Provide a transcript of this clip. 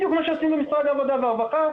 בדיוק כמו שעושים במשרד העבודה והרווחה,